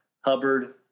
Hubbard